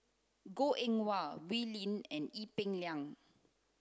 Goh Eng Wah Wee Lin and Ee Peng Liang